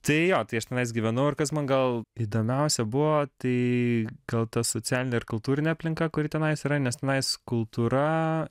tai jo tai aš tenais gyvenau ir kas man gal įdomiausia buvo tai gal ta socialinė ir kultūrinė aplinka kuri tenais yra nes tenais kultūra